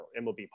MLB